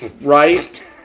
right